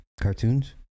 Cartoons